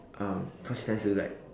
um cause then she tends to like